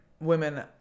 women